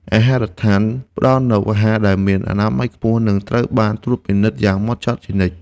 អាហារដ្ឋានផ្តល់នូវអាហារដែលមានអនាម័យខ្ពស់និងត្រូវបានត្រួតពិនិត្យយ៉ាងហ្មត់ចត់ជានិច្ច។